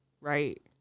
right